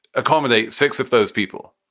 accommodate six of those people.